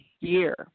year